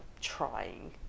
trying